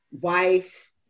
wife